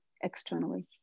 externally